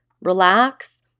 relax